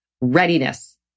readiness